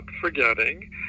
forgetting